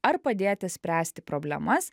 ar padėti spręsti problemas